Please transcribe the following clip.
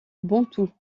bantous